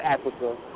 Africa